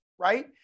right